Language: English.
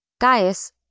Gaius